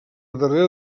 darrere